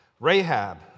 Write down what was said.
Rahab